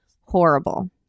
horrible